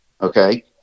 Okay